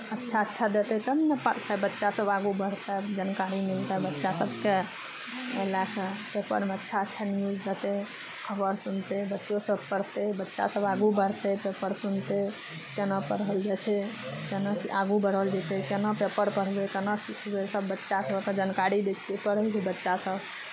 अच्छा अच्छा देतै तब ने पढ़तै बच्चासभ आगू बढ़तै जानकारी मिलतै बच्चा सभके एहि लए कऽ पेपरमे अच्छा अच्छा न्यूज देतै खबर सुनतै बच्चोसभ पढ़तै बच्चासभ आगू बढ़तै पेपर सुनतै केना पढ़ल जाइ छै केना आगू बढ़ल जेतै केना पेपर पढ़बै केना सिखबै सभ बच्चा सभके जानकारी दै छियै पढ़लियै बच्चासभ